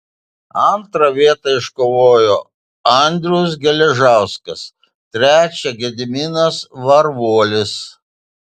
antrą vietą iškovojo andrius geležauskas trečią gediminas varvuolis